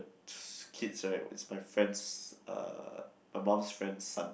kids right was my friend's my mum's friend's son